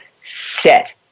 set